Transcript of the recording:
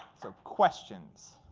so questions.